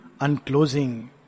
Unclosing